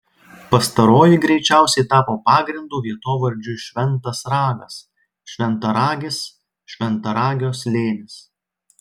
pastaroji greičiausiai tapo pagrindu vietovardžiui šventas ragas šventaragis šventaragio slėnis